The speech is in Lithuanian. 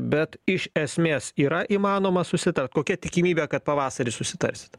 bet iš esmės yra įmanoma susitart kokia tikimybė kad pavasarį susitarsit